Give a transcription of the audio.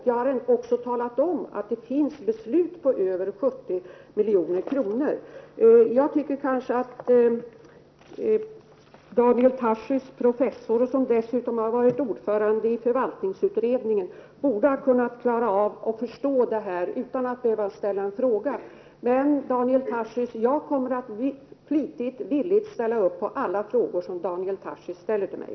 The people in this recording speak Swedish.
Jag har också talat om att det finns beslut om medel på över 70 milj.kr. Daniel Tarschys som är professor och som dessutom har varit ordförande i förvaltningsutredningen borde ha kunnat förstå detta utan att ställa en fråga. Men, Daniel Tarschys, jag kommer att flitigt och villigt ställa upp och besvara alla frågor som Daniel Tarschys ställer till mig.